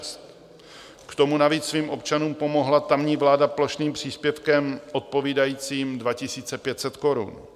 K tomu navíc svým občanům pomohla tamní vláda plošným příspěvkem odpovídajícím 2 500 korun.